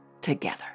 together